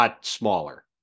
smaller